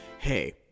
Hey